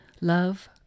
love